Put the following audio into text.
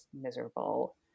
miserable